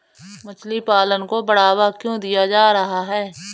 मछली पालन को बढ़ावा क्यों दिया जा रहा है?